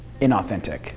inauthentic